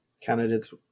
candidates